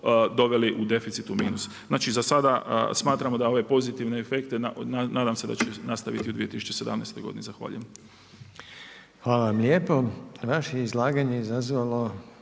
dovele deficiti u minus. Znači, za sada smatramo da ove pozitivne efekte nadam se da će se nastaviti i u 2017. godini. Zahvaljujem. **Reiner, Željko (HDZ)** Hvala vam lijepo. Vaše izlaganja je izazvalo